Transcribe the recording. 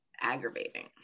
aggravating